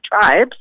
tribes